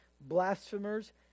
blasphemers